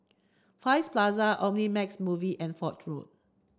Far East Plaza Omnimax Movie and Foch Road